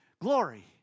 glory